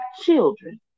children